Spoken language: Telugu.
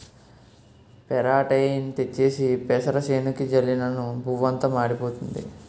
పెరాటేయిన్ తెచ్చేసి పెసరసేనుకి జల్లినను పువ్వంతా మాడిపోయింది